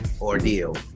ordeal